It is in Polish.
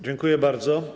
Dziękuję bardzo.